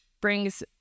brings